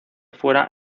fuera